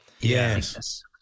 Yes